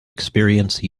experience